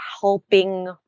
helping